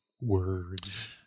words